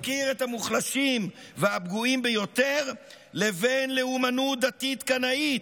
המפקיר את המוחלשים והפגועים ביותר לבין לאומנות דתית קנאית.